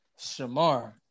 Shamar